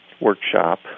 workshop